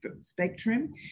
spectrum